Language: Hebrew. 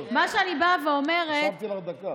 מה שאני באה ואומרת, הוספתי לך דקה.